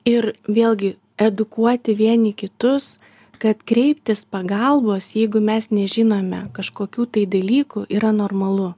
ir vėlgi edukuoti vieni kitus kad kreiptis pagalbos jeigu mes nežinome kažkokių tai dalykų yra normalu